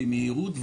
במהירות,